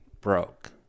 broke